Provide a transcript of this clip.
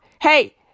hey